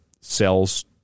cells